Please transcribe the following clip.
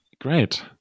great